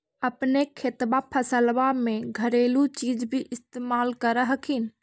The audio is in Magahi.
अपने खेतबा फसल्बा मे घरेलू चीज भी इस्तेमल कर हखिन?